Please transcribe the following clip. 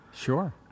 Sure